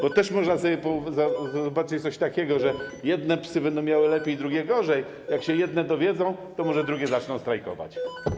Bo może być coś takiego, że jedne psy będą miały lepiej, drugie gorzej, jak się jedne dowiedzą, to może drugie zaczną strajkować.